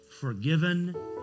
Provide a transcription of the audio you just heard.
Forgiven